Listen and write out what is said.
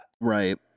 right